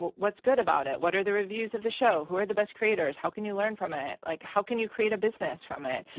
what's good about it? what are the reviews of the show? who are the best creators? how can you learn from it? like, how can you create a business from it?